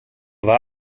war